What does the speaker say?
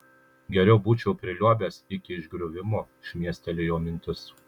geriau būčiau priliuobęs iki išgriuvimo šmėstelėjo mintis